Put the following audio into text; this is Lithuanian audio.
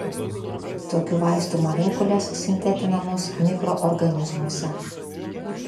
tokių vaistų molekulės sintetinamos mikroorganizmuose